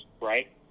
right